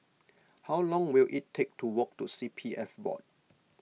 how long will it take to walk to C P F Board